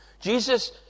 Jesus